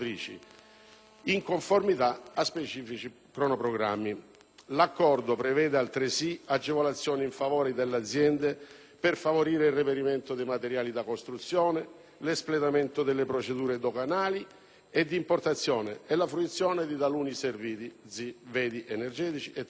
in conformità a specifici cronoprogrammi. L'Accordo prevede altresì agevolazioni in favore delle aziende per favorire il reperimento dei materiali da costruzione, l'espletamento delle procedure doganali e di importazione e la fruizione di taluni servizi (energetici e telefonici).